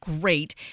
great